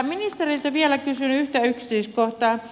ministeriltä vielä kysyn yhtä yksityiskohtaa